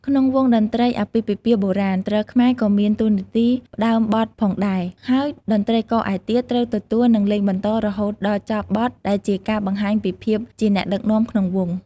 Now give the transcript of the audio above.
ក្នុងវង់តន្ត្រីអាពាហ៍ពិពាហ៍បុរាណ ទ្រខ្មែរក៏មានតួនាទីផ្តើមបទផងដែរ ហើយតន្ត្រីករឯទៀតត្រូវទទួលនិងលេងបន្តរហូតដល់ចប់បទដែលជាការបង្ហាញពីភាពជាអ្នកដឹកនាំក្នុងវង់។